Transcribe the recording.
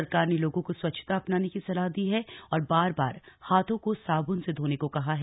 सरकार ने लोगों को स्वच्छता अपनाने की सलाह दी है और बार बार हाथों को साबुन से धोने को कहा है